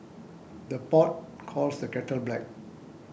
the pot calls the kettle black